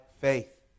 faith